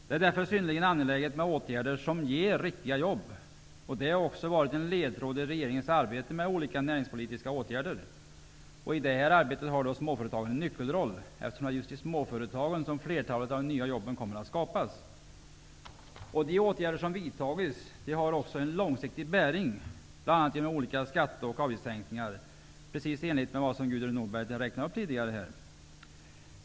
Det är därför synnerligen angeläget med åtgärder som ger riktiga jobb, vilket också har varit en ledtråd i regeringens arbete med olika näringspolitiska åtgärder. I detta arbete har småföretagen en nyckelroll, eftersom det är just i dem som flertalet av de nya jobben kommer att skapas. De åtgärder som har vidtagits har också en långsiktig bäring, bl.a. genom olika skatte och avgiftssänkningar precis i enlighet med det som Gudrun Norberg tidigare räknade upp här.